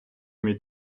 мій